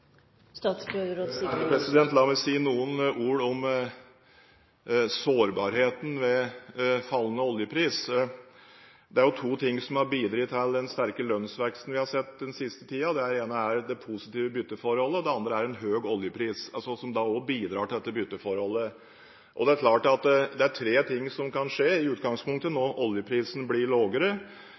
veldig store? La meg si noen ord om sårbarheten ved fallende oljepris. Det er to ting som har bidratt til den sterke lønnsveksten vi har sett den siste tiden. Det ene er det positive bytteforholdet. Det andre er en høy oljepris – som også bidrar til dette bytteforholdet. Det er i utgangspunktet tre ting som kan skje når oljeprisen blir